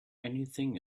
anything